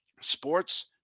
Sports